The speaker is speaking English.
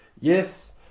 Yes